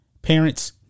Parents